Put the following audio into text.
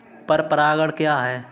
पर परागण क्या है?